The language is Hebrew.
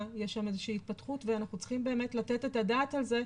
יש שם איזושהי התפתחות ואנחנו צריכים באמת לתת את הדעת על זה,